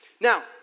Now